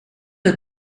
are